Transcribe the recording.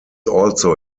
also